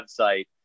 website